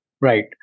Right